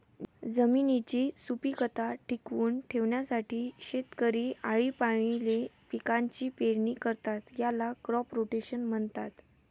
जमिनीची सुपीकता टिकवून ठेवण्यासाठी शेतकरी आळीपाळीने पिकांची पेरणी करतात, याला क्रॉप रोटेशन म्हणतात